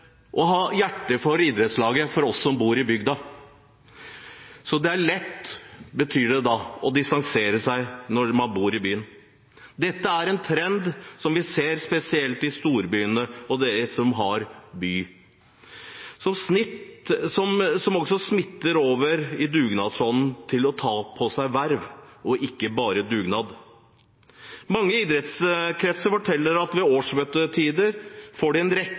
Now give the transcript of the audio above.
å ha hjerte for idrettslaget for oss som bor i bygda. Det er lettere å distansere seg når man bor i byen. Dette er en trend som vi ser spesielt i byene og storbyene, og som også smitter over på viljen til å ta på seg verv, og ikke bare på dugnadsånden. Mange idrettskretser forteller at ved årsmøtetider får de en rekke